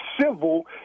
civil